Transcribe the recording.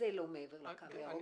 זה לא מעבר לקו הירוק.